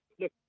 look